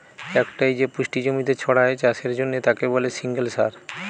একটাই যে পুষ্টি জমিতে ছড়ায় চাষের জন্যে তাকে বলে সিঙ্গল সার